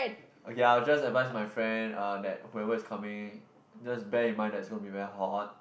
okay I'll just advise my friend uh that whoever is coming just bear in mind that it's gonna be very hot